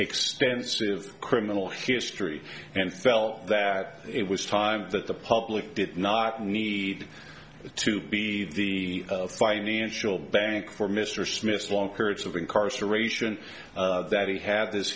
extensive criminal history and felt that it was time that the public did not need to be the financial bank for mr smith's long periods of incarceration that he had this